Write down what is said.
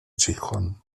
gijón